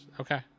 Okay